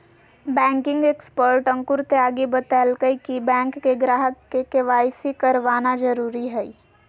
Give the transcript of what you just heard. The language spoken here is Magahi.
बैंकिंग एक्सपर्ट अंकुर त्यागी बतयलकय कि बैंक के ग्राहक के.वाई.सी करवाना जरुरी हइ